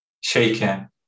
shaken